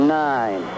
nine